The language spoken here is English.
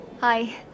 Hi